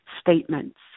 statements